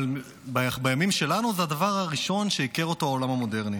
אבל בימים שלנו זה הדבר הראשון שעיקר אותו העולם המודרני.